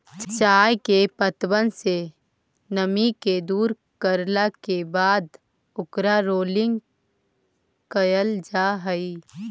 चाय के पत्तबन से नमी के दूर करला के बाद ओकर रोलिंग कयल जा हई